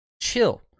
Chill